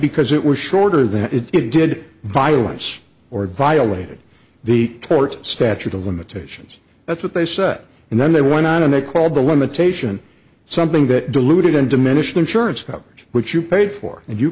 because it was shorter than it did violence or it violated the court's statute of limitations that's what they said and then they went out and they called the limitation something that diluted and diminished insurance coverage which you paid for